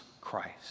Christ